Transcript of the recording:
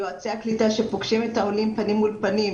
יועצי הקליטה שפוגשים את העולים פנים מול פנים,